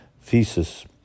thesis